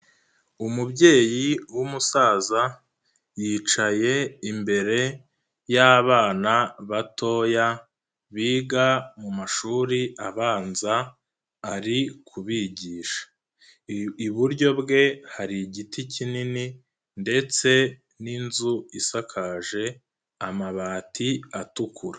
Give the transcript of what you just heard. Umubyeyi w'umusaza yicaye imbere yabana batoya biga mu mashuri abanza ari kubigisha. Iburyo bwe, hari igiti kinini ndetse n'inzu isakaje amabati atukura.